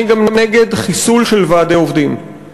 אני גם נגד חיסול של ועדי עובדים,